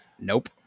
nope